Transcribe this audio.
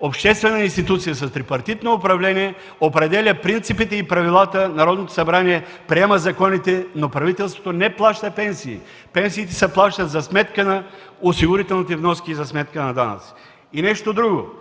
обществена институция с трипартитно управление, определя принципите и правилата, Народното събрание приема законите, но правителството не плаща пенсии. Пенсиите се плащат за сметка на осигурителните вноски и за сметка на данъците. И нещо друго.